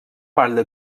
parla